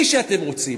מי שאתם רוצים.